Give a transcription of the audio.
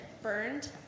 burned